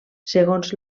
segons